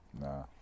Nah